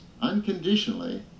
unconditionally